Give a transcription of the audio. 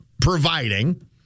providing –